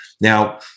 Now